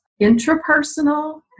intrapersonal